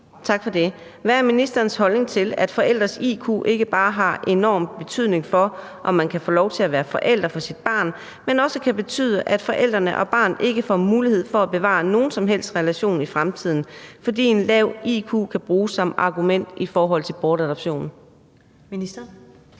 Tak for det. Hvad er ministerens holdning til, at forældres iq ikke bare har enorm betydning for, om man kan få lov til at være forældre for sit barn, men også kan betyde, at forældrene og barnet ikke får mulighed for at bevare nogen som helst relation i fremtiden, fordi en lav iq kan bruges som argument for en bortadoption?